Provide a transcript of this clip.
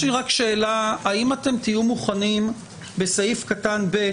האם אתם תהיו מוכנים בסעיף (ב),